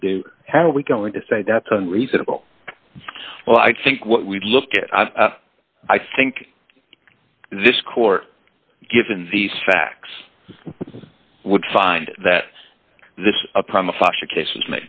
we do how do we going to say that's a reasonable well i think what we look at i think this court given these facts would find that this upon the foster case